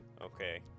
Okay